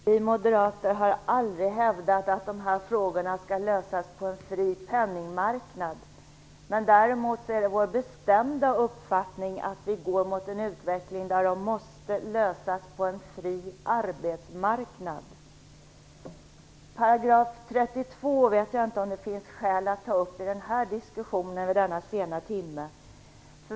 Fru talman! Vi moderater har aldrig hävdat att dessa frågor skall lösas på en fri penningmarknad. Däremot är det vår bestämda uppfattning att vi går mot en utveckling där de måste lösas på en fri arbetsmarknad. 32 § vet jag inte om det finns skäl att ta upp i denna diskussion i denna sena timme.